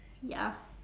ya